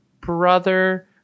brother